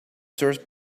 source